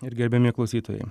ir gerbiami klausytojai